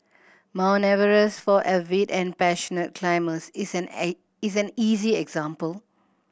Mount Everest for avid and passionate climbers is an is an easy example